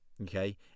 okay